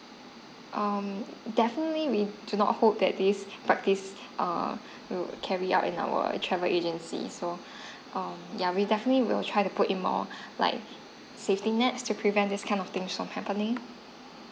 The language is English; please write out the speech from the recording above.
um definitely we do not hope that this practice err to carry out in our travel agency so um yeah we definitely will try to put in more like safety nets to prevent this kind of things from happening